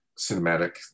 cinematic